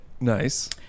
Nice